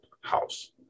house